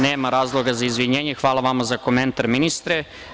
Nema razloga za izvinjenje, hvala vama za komentar, ministre.